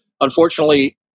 Unfortunately